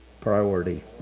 priority